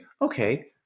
okay